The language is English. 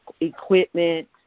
equipment